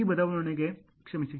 ಈ ಬದಲಾವಣೆಗೆ ಕ್ಷಮಿಸಿ